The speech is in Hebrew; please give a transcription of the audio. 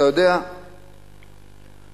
אני